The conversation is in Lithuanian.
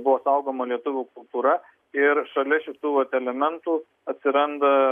buvo saugoma lietuvių kultūra ir šalia šitų vat elementų atsiranda